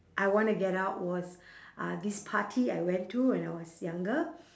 I wanna get out was uh this party I went to when I was younger